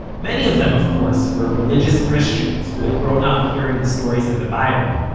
many of them, of course, were religious christians, who had grown up hearing the stories of the bible.